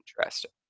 interesting